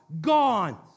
gone